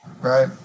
Right